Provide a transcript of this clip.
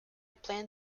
plan